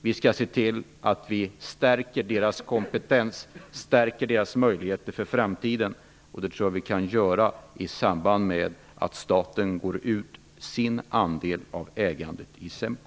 Vi skall se till att vi stärker företagets kompetens och möjligheter inför framtiden. Det tror jag att vi kan göra i samband med att staten avvecklar sitt ägande i SEMKO.